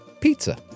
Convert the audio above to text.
pizza